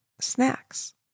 snacks